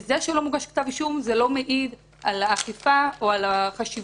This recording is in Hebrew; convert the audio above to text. זה שלא מוגש כתב אישום זה לא מעיד על האכיפה או על החשיבות.